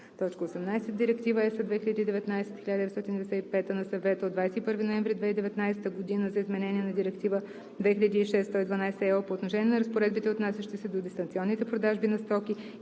18: „18. Директива (ЕС) 2019/1995 на Съвета от 21 ноември 2019 г. за изменение на Директива 2006/112/ЕО по отношение на разпоредбите, отнасящи се до дистанционните продажби на стоки